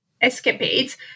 escapades